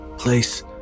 place